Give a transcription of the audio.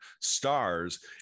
stars